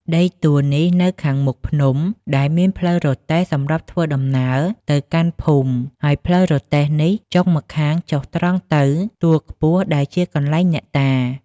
ដីទួលនេះនៅខាងមុខភ្នំ ដែលមានផ្លូវរទេះសម្រាប់ធ្វើដំណើរទៅកាន់ភូមិហើយផ្លូវរទេះនេះចុងម្ខាងចុះត្រង់ទៅទួលខ្ពស់ដែលជាកន្លែងអ្នកតា ។